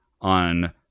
on